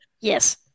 Yes